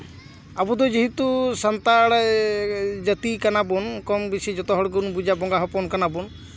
ᱟᱵᱚ ᱫᱚ ᱡᱮᱦᱮᱛᱩ ᱥᱟᱱᱛᱟᱲ ᱡᱟᱹᱛᱤ ᱠᱟᱱᱟ ᱵᱚᱱ ᱠᱚᱢᱵᱮᱥᱤ ᱡᱚᱛᱚᱦᱚᱲ ᱜᱮᱵᱚᱱ ᱵᱩᱡᱟ ᱵᱚᱸᱜᱟ ᱦᱚᱯᱚᱱ ᱠᱟᱱᱟ ᱵᱚ